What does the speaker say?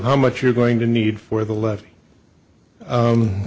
how much you're going to need for the left